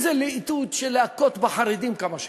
באיזו להיטות להכות בחרדים כמה שאפשר.